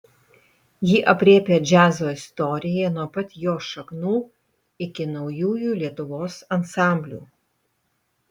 ji aprėpia džiazo istoriją nuo pat jo šaknų iki naujųjų lietuvos ansamblių